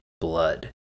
blood